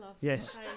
Yes